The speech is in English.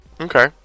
Okay